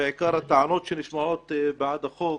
בעיקר הטענות שנשמעות בעד החוק,